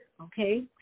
okay